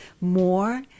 more